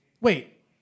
wait